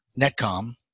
Netcom